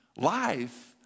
life